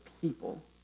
people